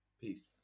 peace